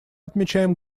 отмечаем